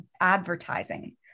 advertising